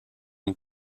une